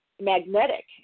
magnetic